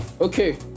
Okay